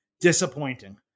disappointing